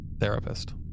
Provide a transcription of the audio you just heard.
therapist